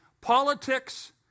Politics